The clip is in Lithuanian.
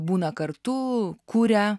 būna kartu kuria